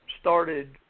started